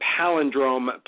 Palindrome